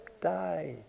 DIE